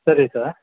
ಸರಿ ಸಾರ್